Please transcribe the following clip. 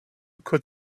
could